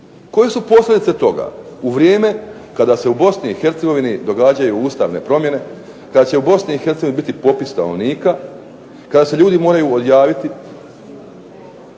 Koje su posljedice toga? U vrijeme kada se u Bosni i Hercegovini događaju ustavne promjene, kada će u Bosni i Hercegovini biti popis stanovnika, kada se ljudi moraju odjaviti